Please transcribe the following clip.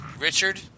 Richard